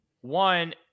One